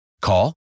Call